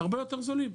הרבה יותר זולים.